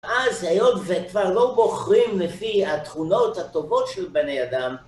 אז היות וכבר לא בוחרים לפי התכונות הטובות של בני אדם.